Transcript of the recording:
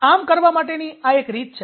આમ કરવા માટેની આ એક રીત છે